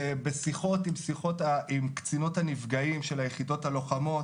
ובשיחות עם קצינות הנפגעים של היחידות הלוחמות,